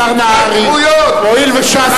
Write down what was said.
השר נהרי, הואיל וש"ס